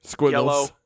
yellow